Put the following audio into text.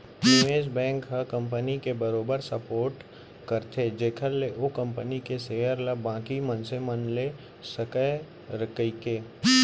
निवेस बेंक ह कंपनी के बरोबर सपोट करथे जेखर ले ओ कंपनी के सेयर ल बाकी मनसे मन ले सकय कहिके